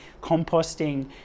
composting